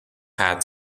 had